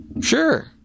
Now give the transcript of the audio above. Sure